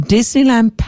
Disneyland